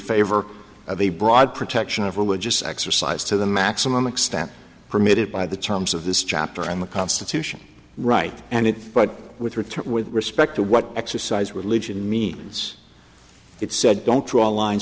favor of a broad protection of religious exercise to the maximum extent permitted by the terms of this chapter and the constitution right and it but with return with respect to what exercise religion means it said don't draw line